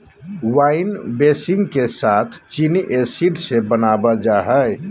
wine बेसींग के साथ चीनी एसिड से बनाबल जा हइ